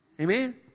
Amen